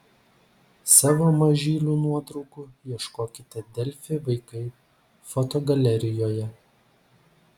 savo mažylių nuotraukų ieškokite delfi vaikai fotogalerijoje